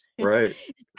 right